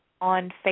on